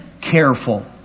careful